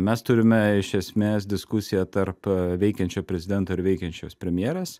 mes turime iš esmės diskusiją tarp veikiančio prezidento ir veikiančios premjerės